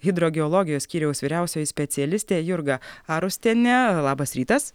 hidrogeologijos skyriaus vyriausioji specialistė jurga arustienė labas rytas